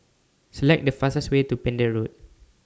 Select The fastest Way to Pender Road